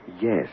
Yes